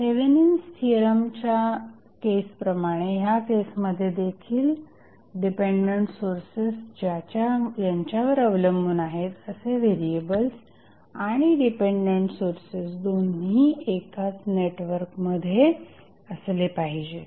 Thevenin's थिअरमच्या केसप्रमाणे या केसमध्ये देखील डिपेंडंट सोर्सेस ज्यांच्यावर अवलंबून आहेत असे व्हेरिएबल्स आणि डिपेंडंट सोर्सेस दोन्ही एकाच नेटवर्कमध्ये असले पाहिजेत